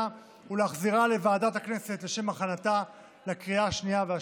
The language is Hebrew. ולהחזירה לוועדת הכנסת לשם הכנתה לקריאה השנייה והשלישית.